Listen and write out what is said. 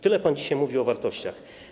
Tyle pan dzisiaj mówił o wartościach.